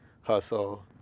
hustle